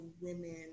women